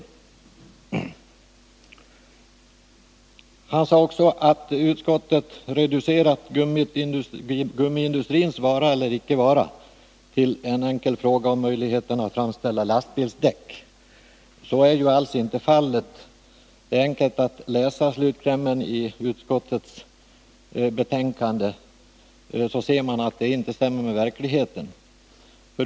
Per Olof Håkansson sade också att utskottet reducerat gummiindustrins vara eller icke vara till en enkel fråga om möjligheten att framställa lastbilsdäck. Så är ju alls inte fallet. Det är enkelt att läsa slutklämmen i utskottets betänkande; då ser man att detta inte stämmer med verkligheten.